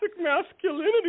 masculinity